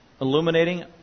illuminating